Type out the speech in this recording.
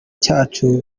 cyacu